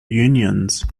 unions